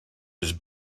his